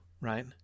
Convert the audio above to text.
right